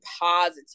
positive